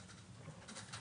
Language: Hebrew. בבקשה.